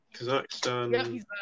Kazakhstan